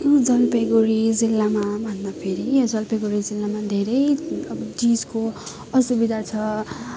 यो जलपाइगुडी जिल्लामा भन्दाखेरि यहाँ जलपाइगुडी जिल्लामा धेरै अब चिजको असुविधा छ